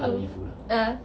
mm uh